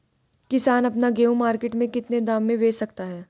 किसान अपना गेहूँ मार्केट में कितने दाम में बेच सकता है?